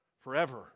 forever